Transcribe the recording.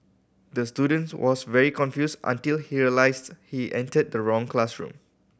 the student was very confused until he realised he entered the wrong classroom